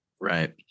Right